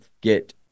get